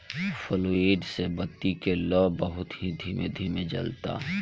fluid से बत्ती के लौं बहुत ही धीमे धीमे जलता